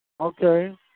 Okay